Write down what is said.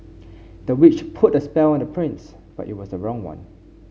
the witch put spell on the prince but it was the wrong one